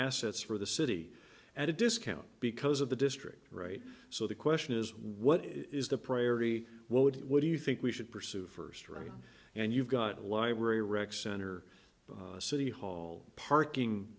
assets for the city at a discount because of the district right so the question is what is the priority what would it what do you think we should pursue first right and you've got a library rec center a city hall parking